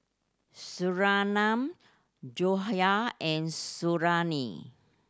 Surinam Joyah and Suriani